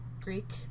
Greek